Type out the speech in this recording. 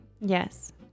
Yes